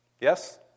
Yes